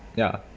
ya